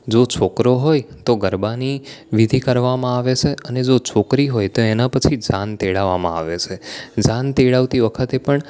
જો છોકરો હોય તો ગરબાની વિધિ કરવામાં આવે છે અને જો છોકરી હોય તો એનાં પછી જાન તેડાવવામાં આવે છે જાન તેડાવતી વખતે પણ